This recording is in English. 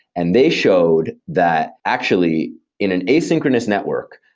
and they showed that actually in an asynchronous network,